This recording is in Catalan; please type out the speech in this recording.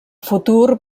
futur